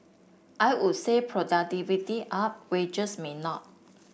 I would say productivity up wages may not